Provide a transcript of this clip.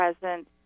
present